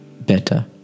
better